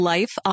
Life